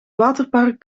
waterpark